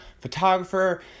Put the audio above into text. photographer